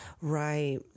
Right